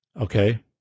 okay